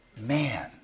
man